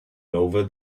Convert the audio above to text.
nouva